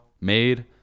made